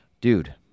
dude